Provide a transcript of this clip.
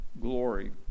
glory